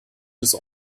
des